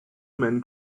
men